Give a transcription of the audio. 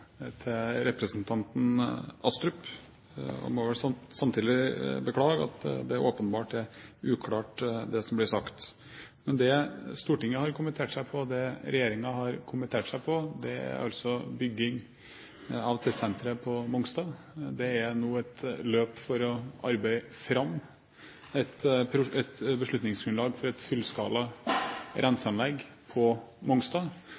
for representanten Astrup, og må vel samtidig beklage at det åpenbart er uklart det som ble sagt. Men det Stortinget har kommentert, og det regjeringen har kommentert, er altså bygging av testsenteret på Mongstad. Det er nå et løp for å arbeide fram et beslutningsgrunnlag for et fullskala renseanlegg på Mongstad,